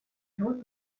hold